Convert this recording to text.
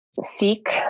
seek